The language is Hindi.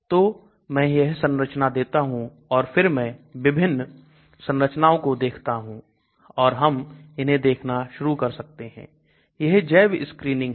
तो मैं यह संरचना देता हूं और फिर मैं विभिन्न संरचनाओं को देखता हूं और हम इन्हें देखना शुरू कर सकते हैं यह जैव स्क्रीनिंग है